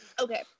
Okay